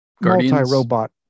multi-robot